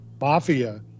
mafia